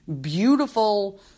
beautiful